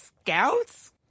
scouts